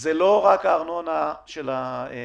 זה לא רק הארנונה של העסקים.